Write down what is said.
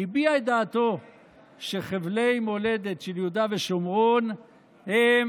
הביע את דעתו שחבלי מולדת של יהודה ושומרון הם